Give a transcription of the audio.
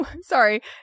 Sorry